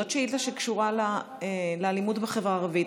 זו שאילתה שקשורה לאלימות בחברה הערבית.